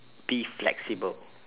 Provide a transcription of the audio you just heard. be flexible